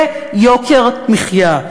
זה יוקר מחיה.